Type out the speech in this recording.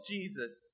Jesus